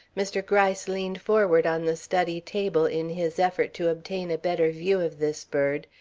mr. gryce leaned forward on the study table in his effort to obtain a better view of this bird,